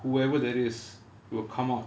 whoever that is will come out